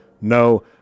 No